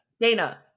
Dana